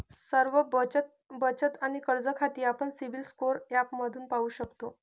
सर्व बचत आणि कर्ज खाती आपण सिबिल स्कोअर ॲपमध्ये पाहू शकतो